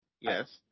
Yes